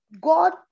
God